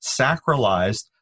sacralized